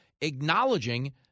acknowledging